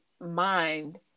mind